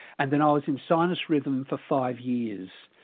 and then i was in sinus rhythm for five years.